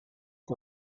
the